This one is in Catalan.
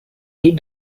dit